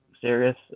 serious